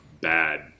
bad